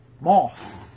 Moth